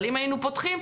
אבל אם היינו פותחים,